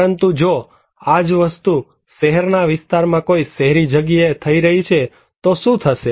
પરંતુ જો આ જ વસ્તુ શહેરના વિસ્તારમાં કોઈ શહેરી જગ્યાએ થઈ રહી છે તો શું થશે